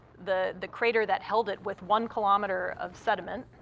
the the crater that held it with one kilometer of sediment,